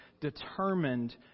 determined